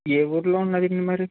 ఏ ఊర్లో ఉందండి మరి